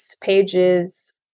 pages